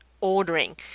ordering